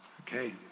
Okay